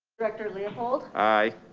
director leopold. aye.